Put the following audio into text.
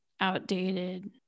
outdated